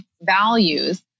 values